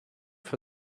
for